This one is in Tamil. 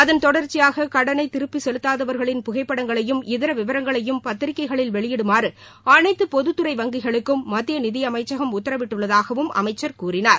அதன் தொடர்ச்சியாக கடனை திருப்பிச் செலுத்தாதவர்களின் புகைப்படங்களையும் இதர விவரங்களையும் பத்திரிக்கைகளில் வெளியிடுமாறு அனைத்து பொதுத் துறை வங்கிகளுக்கும் மத்திய நிதியமைச்சகம் உத்தரவிட்டுள்ளதாகவும் அமைச்சர் கூறினார்